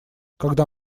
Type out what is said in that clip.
когда